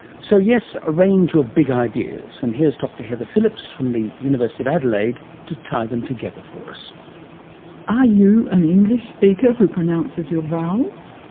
so yes, a range of big ideas and here's dr heather phillips from the university of adelaide to tie them together for us. are you an english speaker who pronounces your vowels?